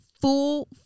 full—